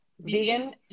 vegan